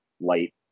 light